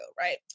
right